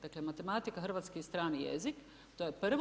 Dakle matematika, hrvatski i strani jezik, to je prvo.